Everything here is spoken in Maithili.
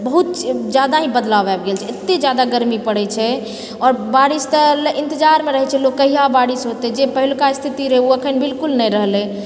बहुत जादा हि बदलाव आबि गेलछै एते जादा गरमी पड़ैछे आओर बारिश तऽ इन्तजारमे रहैछे लोग कहिआ बारिश हौते जे पहिलुका स्थिति रहए ओ अखनि बिलकुल नहि रहलए